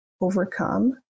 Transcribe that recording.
overcome